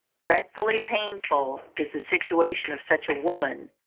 dreadfully painful is the situation of such a woman,